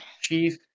Chief